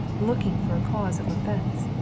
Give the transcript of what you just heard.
looking for a cause of offense.